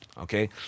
Okay